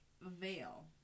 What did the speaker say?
veil